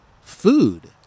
Food